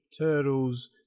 Turtles